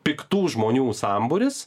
piktų žmonių sambūris